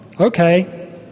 Okay